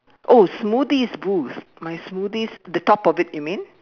oh smoothies booths my smoothies the top of it you mean